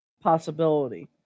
possibility